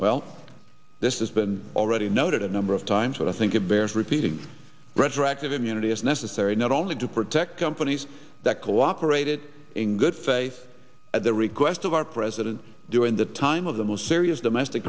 well this has been already noted a number of times but i think it bears repeating retroactive immunity is necessary not only to protect companies that collaborated in good faith at the request of our president during the time of the most serious domestic